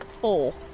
four